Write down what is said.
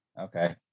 Okay